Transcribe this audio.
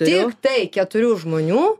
tiktai keturių žmonių